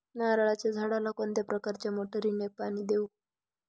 नारळाच्या झाडाला कोणत्या प्रकारच्या मोटारीने पाणी देऊ?